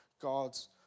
God's